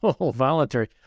Voluntary